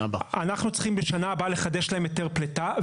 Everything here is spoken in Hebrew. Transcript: אנחנו צריכים בשנה הבאה לחדש להם היתר פליטה.